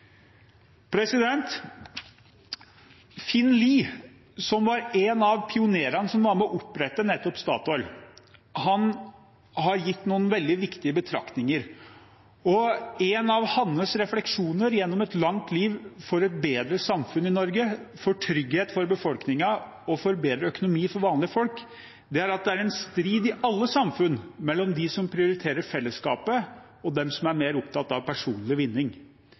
som var en av pionerene som var med på å opprette nettopp Statoil, har gitt noen veldig viktige betraktninger. En av hans refleksjoner fra et langt liv for et bedre samfunn i Norge, for trygghet for befolkningen og for bedre økonomi for vanlige folk, er at det er en strid i alle samfunn mellom dem som prioriterer fellesskapet, og dem som er mer opptatt av personlig vinning.